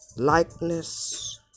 Likeness